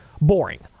boring